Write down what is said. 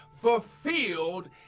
fulfilled